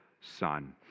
son